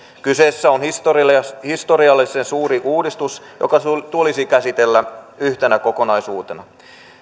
kyseessä on historiallisen suuri uudistus joka tulisi käsitellä yhtenä kokonaisuutena